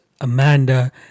amanda